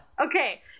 okay